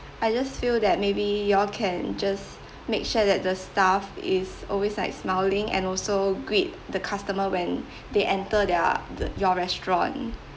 I just feel that maybe y'all can just make sure that the staff is always like smiling and also greet the customer when they enter their the your restaurant